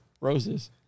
Roses